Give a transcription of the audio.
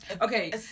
okay